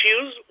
issues